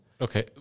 okay